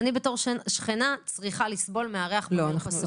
אני צריכה לסבול מהריח והחשיפה.